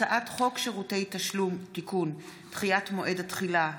הצעת חוק שירותי תשלום (תיקון) (דחיית מועד התחילה),